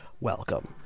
welcome